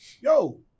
yo